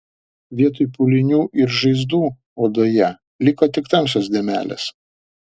vietoj pūlinių ir žaizdų odoje liko tik tamsios dėmelės